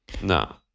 no